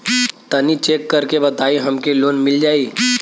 तनि चेक कर के बताई हम के लोन मिल जाई?